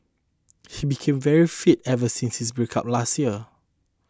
he became very fit ever since his breakup last year